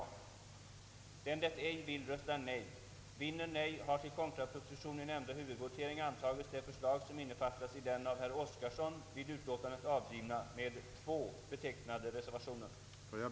Emellertid vill ju reservation 4 ta bort barnavårdsmannaskapet i dess helhet.